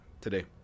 today